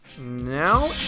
now